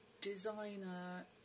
designer